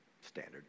Standard